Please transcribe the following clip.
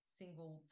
single